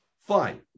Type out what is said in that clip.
Fine